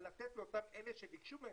על לתת לאותם אלה שביקשו מהם